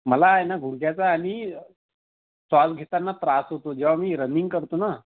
मला आहे ना गुडघ्याचा आणि श्वास घेताना त्रास होतो जेव्हा मी रनिंग करतो ना